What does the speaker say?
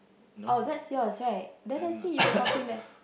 oh that's yours right then let's say you were coughing there